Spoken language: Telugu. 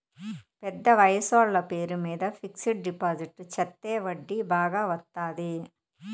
పెద్ద వయసోళ్ల పేరు మీద ఫిక్సడ్ డిపాజిట్ చెత్తే వడ్డీ బాగా వత్తాది